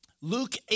Luke